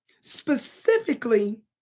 specifically